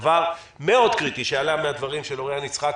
דבר מאוד קריטי שעלה מהדברים של אוריין יצחק,